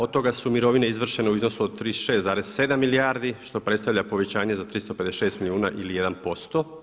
Od toga su mirovine izvršene u iznosu od 36,7 milijardi što predstavlja povećanje za 356 milijuna ili 1%